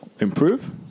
improve